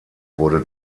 wurde